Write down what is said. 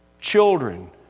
children